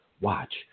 Watch